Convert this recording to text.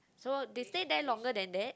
so they stay there longer than that